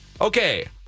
okay